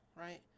right